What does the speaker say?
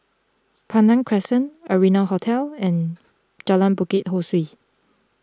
Pandan Crescent Arianna Hotel and Jalan Bukit Ho Swee